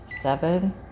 Seven